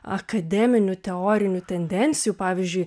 akademinių teorinių tendencijų pavyzdžiui